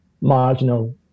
marginal